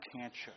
cancer